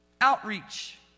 Outreach